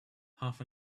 half